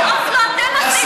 לא, את אוסלו אתם עשיתם.